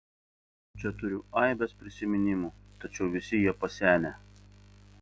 čia turiu aibes prisiminimų tačiau visi jie pasenę